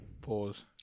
Pause